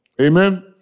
Amen